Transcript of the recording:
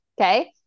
okay